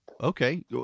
Okay